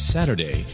Saturday